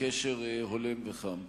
לקשר הולם וחם.